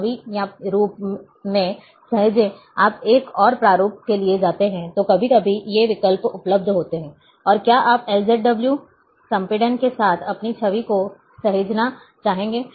छवि या के रूप में सहेजें आप एक और प्रारूप के लिए जाते हैं तो कभी कभी ये विकल्प उपलब्ध होते हैं और क्या आप LZW संपीड़न के साथ अपनी छवि को सहेजना चाहेंगे